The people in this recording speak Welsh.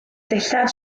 dillad